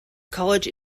college